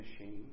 machine